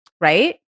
right